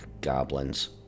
Goblins